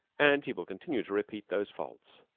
and he will continue to repeat those faults.